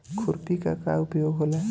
खुरपी का का उपयोग होला?